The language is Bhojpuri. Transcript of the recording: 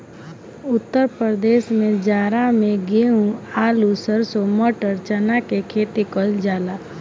उत्तर प्रदेश में जाड़ा में गेंहू, आलू, सरसों, मटर, चना के खेती कईल जाला